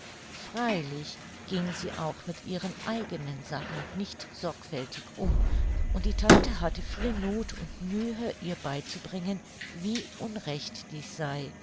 freilich ging sie auch mit ihren eigenen sachen nicht sorgfältig um und die tante hatte viel noth und mühe ihr beizubringen wie unrecht dies sei